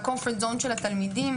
ה-Comfort Zone של התלמידים.